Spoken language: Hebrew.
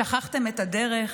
שכחתם את הדרך?